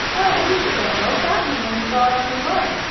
oh, we forgot all about him, when we got on the car,